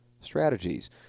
Strategies